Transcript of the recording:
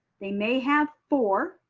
they may have four,